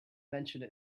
mentioned